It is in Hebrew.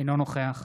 אינו נוכח